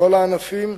בכל הענפים,